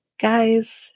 guys